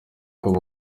kuba